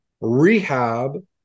rehab